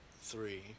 Three